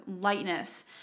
lightness